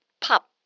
pop